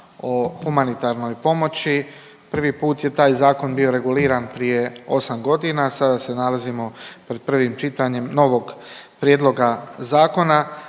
o humanitarnoj pomoći, prvi put je taj zakon bio reguliran prije osam godina, sada se nalazimo pred prvim čitanjem novog prijedloga zakona.